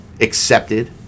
accepted